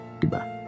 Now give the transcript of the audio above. Goodbye